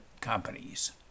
companies